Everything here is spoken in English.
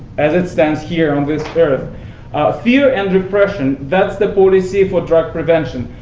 as it stands here on this earth. fear and repression that's the policy for drug prevention.